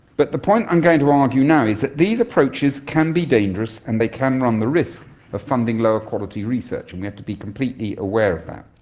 but the point i'm going to argue now is that these approaches can be dangerous and they can run the risk of funding lower quality research, and we have to be completely aware of that.